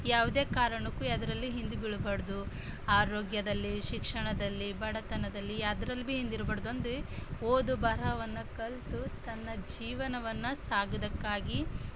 ಯಾವುದೇ ಕಾರಣಕ್ಕೂ ಯಾವುದ್ರಲ್ಲಿ ಹಿಂದೆ ಬೀಳಬಾರ್ದು ಆರೋಗ್ಯದಲ್ಲಿ ಶಿಕ್ಷಣದಲ್ಲಿ ಬಡತನದಲ್ಲಿ ಯಾವ್ದ್ರಲ್ಲಿ ಭೀ ಹಿಂದಿರಬಾರ್ದು ಅಂದು ಓದು ಬರಹವನ್ನು ಕಲಿತು ತನ್ನ ಜೀವನವನ್ನು ಸಾಗ್ಸೋದಕ್ಕಾಗಿ